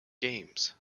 games